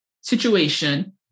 situation